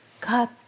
God